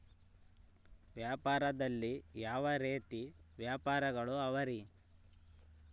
ವ್ಯಾಪಾರದಲ್ಲಿ ಯಾವ ರೇತಿ ವ್ಯಾಪಾರಗಳು ಅವರಿ?